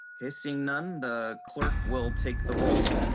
is seen on the clerk will take the role.